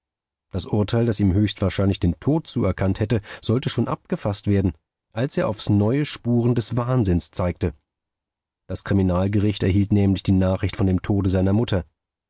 das urteil das ihm höchstwahrscheinlich den tod zuerkannt hätte sollte schon abgefaßt werden als er aufs neue spuren des wahnsinns zeigte das kriminalgericht erhielt nämlich die nachricht von dem tode seiner mutter